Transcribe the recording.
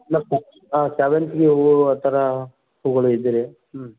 ಮತ್ತೆ ಹಾಂ ಸೇವಂತಿಗೆ ಹೂವು ಆ ಥರ ಹೂಗಳು ಇದ್ದರೆ ಹ್ಞೂ